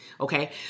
okay